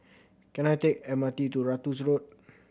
can I take M R T to Ratus Road